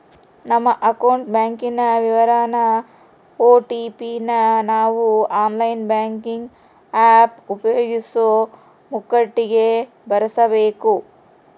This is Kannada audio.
ನಮ್ಮ ಅಕೌಂಟ್ ಬ್ಯಾಂಕಿನ ವಿವರಾನ ಓ.ಟಿ.ಪಿ ನ ನಾವು ಆನ್ಲೈನ್ ಬ್ಯಾಂಕಿಂಗ್ ಆಪ್ ಉಪಯೋಗಿಸೋ ಮುಂಕಟಿಗೆ ಭರಿಸಬಕು